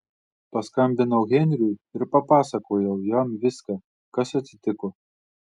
paskambinau henriui ir papasakojau jam viską kas atsitiko